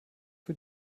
für